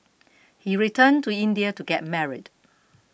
he returned to India to get married